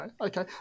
Okay